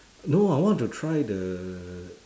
no I want to try the